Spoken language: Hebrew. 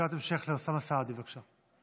שאלת המשך, לאוסאמה סעדי, בבקשה.